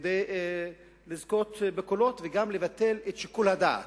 כדי לזכות בקולות וגם לבטל את שיקול הדעת.